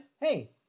hey